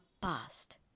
past